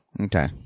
Okay